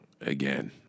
again